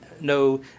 no